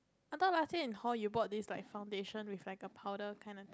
I thought last year in hall you bought this like foundation with like a powder kind of